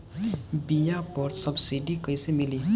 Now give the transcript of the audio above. बीया पर सब्सिडी कैसे मिली?